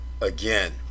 Again